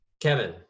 Kevin